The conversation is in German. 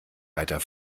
weiter